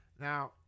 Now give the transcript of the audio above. Now